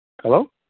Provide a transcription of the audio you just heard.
Hello